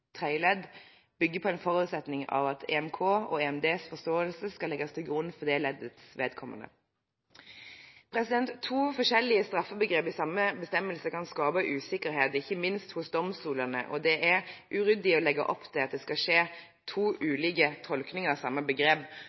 tredje ledd bygger på en forutsetning om at EMK og EMDs forståelse skal legges til grunn for det leddets vedkommende. To forskjellige straffebegreper i samme bestemmelse kan skape usikkerhet, ikke minst hos domstolene, og det er uryddig å legge opp til at det skal skje to ulike tolkninger av samme begrep.